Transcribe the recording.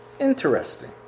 Interesting